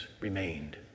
remained